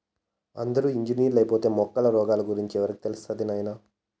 అందరూ ఇంజనీర్లైపోతే మొక్కల రోగాల గురించి ఎవరికి తెలుస్తది నాయనా